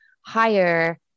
higher